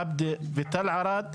בעבדה ותל ערד,